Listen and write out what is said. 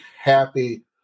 happy